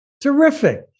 Terrific